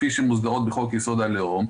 כפי שהן מוסדרות בחוק יסוד: הלאום,